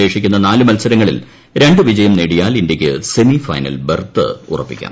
ശേഷിക്കുന്ന നാല് മൽസരങ്ങളിൽ രണ്ട് വിജയം നേടിയാൽ ഇന്ത്യയ്ക്ക് സെമി ഫൈനൽ ബെർത്ത് ഉറപ്പിക്കാം